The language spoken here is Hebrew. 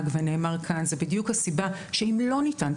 ונאמר כאן זאת בדיוק הסיבה שאם לא ניתן לצאת,